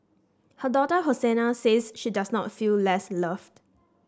her daughter Hosanna says she does not feel less loved